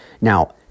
Now